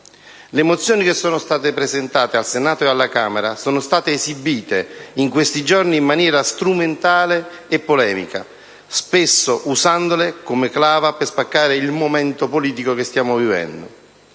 Le mozioni che sono state presentate al Senato e alla Camera sono state esibite in questi giorni in maniera strumentale e polemica, spesso usandole come clava per spaccare il momento politico che stiamo vivendo.